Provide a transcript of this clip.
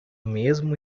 mesmo